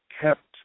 kept